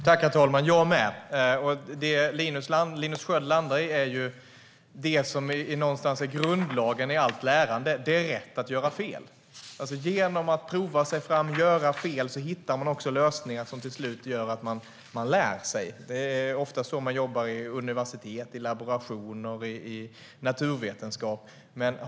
Herr talman! Det som Linus Sköld landar i är ju det som är grunden för allt lärande, nämligen rätten att göra fel. När man provar sig fram och gör fel hittar man också lösningar som till sist innebär att man lär sig. Det är ofta så som man jobbar vid universitet, i naturvetenskap och under laboration.